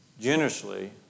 generously